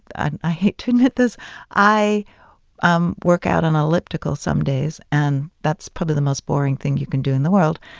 and i hate to admit this i um work out on elliptical some days, and that's probably the most boring thing you can do in the world.